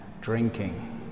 drinking